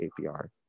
APR